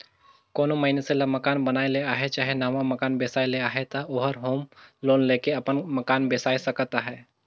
कोनो मइनसे ल मकान बनाए ले अहे चहे नावा मकान बेसाए ले अहे ता ओहर होम लोन लेके अपन मकान बेसाए सकत अहे